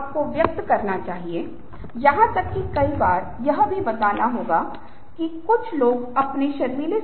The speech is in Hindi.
आज विजुअल्स के बारे में दूसरी दिलचस्प बात अन्तरक्रियाशीलता है